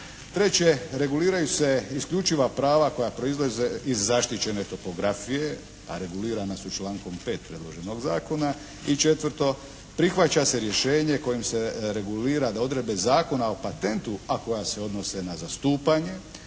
Treće. Reguliraju se isključiva prava koja proizlaze iz zaštićene topografije a regulirana su člankom 5. predloženog zakona. I četvrto. Prihvaća se rješenje kojim se regulira da odredbe Zakona o patentu a koja se odnose na zastupanje